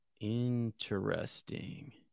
Interesting